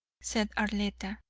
said arletta,